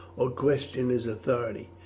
or question his authority,